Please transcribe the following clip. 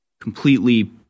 completely